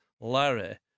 Larry